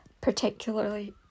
particularly